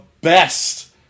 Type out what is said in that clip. best